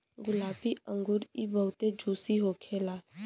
गुलाबी अंगूर इ बहुते जूसी होखेला